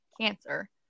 cancer